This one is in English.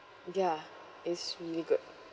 ya it's really good